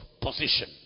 position